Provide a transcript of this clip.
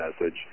message